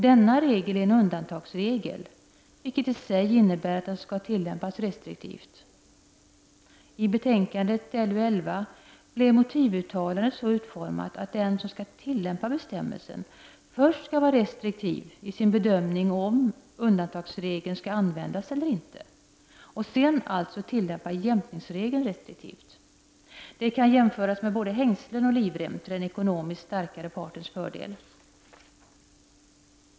Denna regel är en undantagsregel, vilket innebär att den skall tillämpas restriktivt. I betänkande LU11 blev motivuttalandet så utformat att den som skall tillämpa bestämmelsen först skall vara restriktiv i sin bedömning av om undantagsregeln skall användas eller inte och sedan använda jämkningsregeln restriktivt. Det kan jämföras med att använda både hängslen och livrem -— till den ekonomiskt starkare partens fördel.